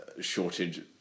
shortage